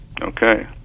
Okay